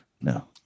No